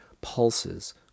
pulses